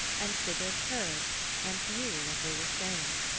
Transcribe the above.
and sigurd heard and knew what they were saying.